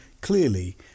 clearly